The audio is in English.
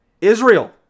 Israel